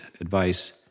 advice